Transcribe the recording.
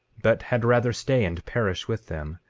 but had rather stay and perish with them.